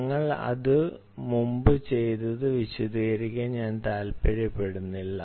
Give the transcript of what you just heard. ഞങ്ങൾ ഇത് മുമ്പ് ചെയ്തത് വിശദീകരിക്കാൻ ഞാൻ താൽപ്പര്യപ്പെടുന്നില്ല